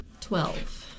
Twelve